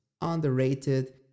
underrated